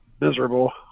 miserable